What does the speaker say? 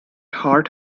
hart